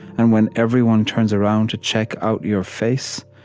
and when everyone turns around to check out your face,